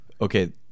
okay